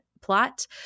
plot